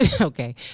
okay